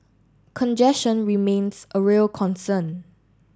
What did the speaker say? congestion remains a real concern